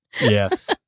Yes